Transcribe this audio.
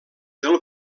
del